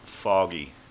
foggy